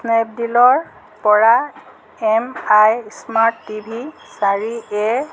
স্নেপডীলৰ পৰা MI smart TV চাৰি এ